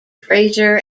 fraser